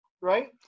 right